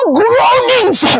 groanings